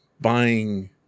buying